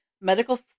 Medical